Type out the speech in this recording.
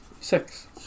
Six